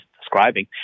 describing